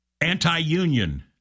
anti-union